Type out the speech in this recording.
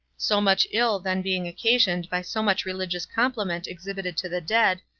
so much ill then being occasioned by so much religious compliment exhibited to the dead,